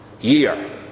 year